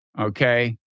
Okay